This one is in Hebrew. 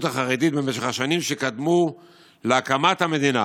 החרדית במשך השנים שקדמו להקמת המדינה